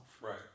Right